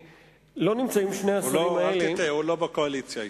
לא נמצאים שני השרים האלה, הוא לא בקואליציה אתם.